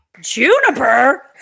Juniper